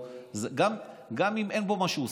גם אם אין פה משהו סודי.